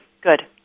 Good